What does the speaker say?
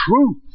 truth